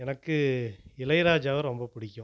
எனக்கு இளையராஜாவை ரொம்ப பிடிக்கும்